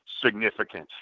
significant